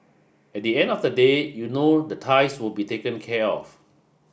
at the end of the day you know the ties will be taken care of